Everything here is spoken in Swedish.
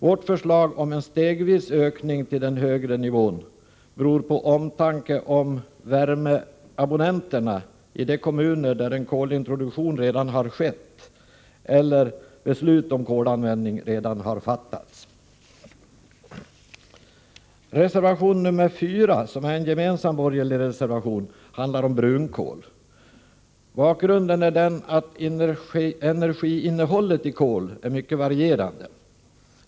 Vårt förslag om en stegvis ökning till den högre nivån beror på omtanke om värmeabonnenterna i de kommuner där en kolintroduktion redan har skett eller beslut om kolanvändning redan har fattats. brunkol. Bakgrunden är den att energiinnehållet i kol är mycket varierande.